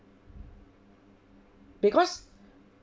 because